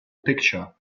picture